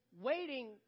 waiting